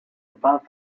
above